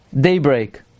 daybreak